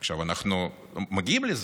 עכשיו אנחנו מגיעים לזה.